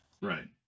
Right